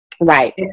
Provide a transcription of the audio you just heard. Right